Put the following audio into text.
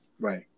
Right